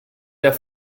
der